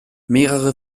mehrere